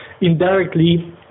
Indirectly